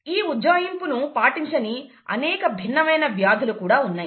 ఈ ఉజ్జాయింపును పాటించని అనేక భిన్నమైన వ్యాధులు కూడా ఉన్నాయి